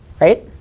right